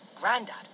Grandad